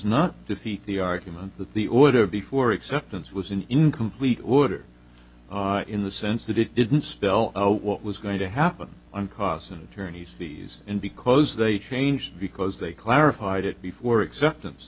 not defeat the argument that the order before acceptance was an incomplete order in the sense that it didn't spell out what was going to happen on costs and journeys fees and because they changed because they clarified it before